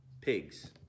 pigs